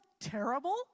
terrible